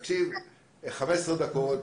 15 דקות.